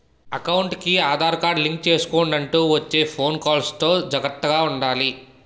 ఎకౌంటుకి Aadhaar card link చేసుకొండంటూ వచ్చే ఫోను కాల్స్ తో జాగర్తగా ఉండాలి